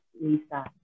Lisa